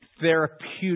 therapeutic